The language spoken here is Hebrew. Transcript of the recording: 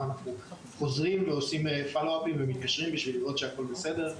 חוזרים ועושים פולו-אף ומתקשרים בשביל לראות שהכול בסדר.